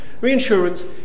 reinsurance